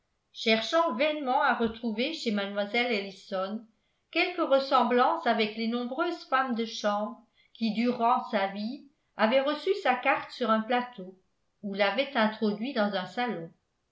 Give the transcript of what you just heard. cherchant vainement à retrouver chez mlle ellison quelque ressemblance avec les nombreuses femmes de chambre qui durant sa vie avaient reçu sa carte sur un plateau ou l'avaient introduit dans un salon